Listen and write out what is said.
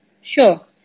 sure